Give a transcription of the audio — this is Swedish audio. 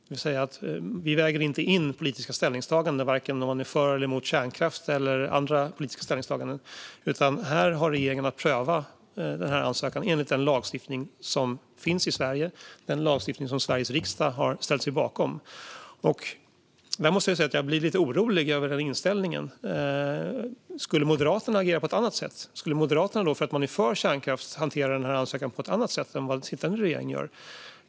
Det innebär att vi inte väger in politiska ställningstaganden, varken om någon är för eller emot kärnkraft eller andra politiska ställningstaganden. Regeringen har i stället att pröva ansökan enligt den lagstiftning som finns i Sverige och som Sveriges riksdag har ställt sig bakom. Därför måste jag säga att jag blir lite orolig över inställningen hos Moderaterna. Skulle Moderaterna agera på ett annat sätt? Skulle Moderaterna, eftersom man är för kärnkraft, hantera ansökan på ett annat sätt än vad sittande regering gör?